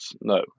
No